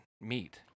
meat